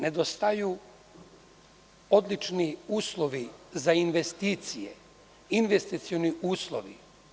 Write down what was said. Nedostaju odlični uslovi za investicije, investicioni uslovi.